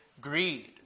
greed